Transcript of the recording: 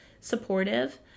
supportive